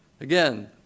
Again